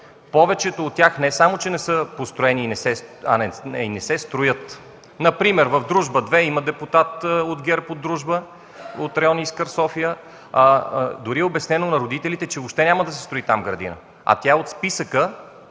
Повечето от тях не само че не са построени, а и не се строят – например в „Дружба” 2. Има депутат от ГЕРБ от „Дружба”, от район „Искър” – София. Дори е обяснено на родителите, че въобще няма да се строи там градина, а тя е от този списък.